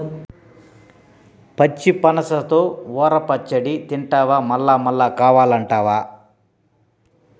పచ్చి పనసతో ఊర పచ్చడి తింటివా మల్లమల్లా కావాలంటావు